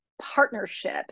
partnership